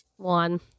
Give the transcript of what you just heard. One